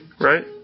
right